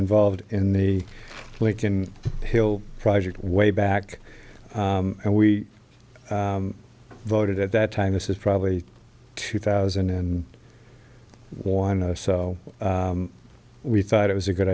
involved in the lincoln hill project way back and we voted at that time this is probably two thousand and why no so we thought it was a good